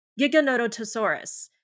Giganotosaurus